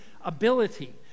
ability